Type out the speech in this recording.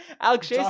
Alex